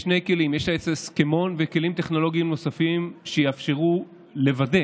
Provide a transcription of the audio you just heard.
יש שני כלים: יש את ההסכמון וכלים טכנולוגיים נוספים שיאפשרו לוודא